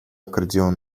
аккордеон